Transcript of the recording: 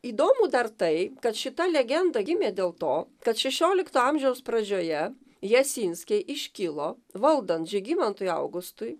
įdomu dar tai kad šita legenda gimė dėl to kad šešiolikto amžiaus pradžioje jasinskiai iškilo valdant žygimantui augustui